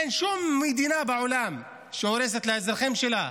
אין שום מדינה בעולם שהורסת לאזרחים שלה.